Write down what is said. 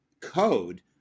code